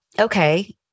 okay